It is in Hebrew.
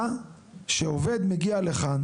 שעובד מגיע לכאן,